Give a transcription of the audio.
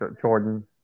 Jordan